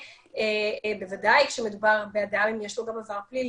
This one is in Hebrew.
ובוודאי כשמדובר באדם עם עבר פלילי,